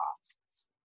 costs